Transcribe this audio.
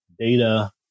data